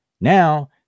now